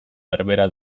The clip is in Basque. berbera